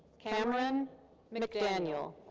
cameron mcdaniel.